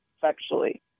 sexually